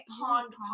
pond